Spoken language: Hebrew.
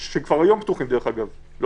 שכבר היום פתוחות דרך אגב.